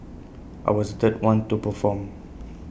I was the third one to perform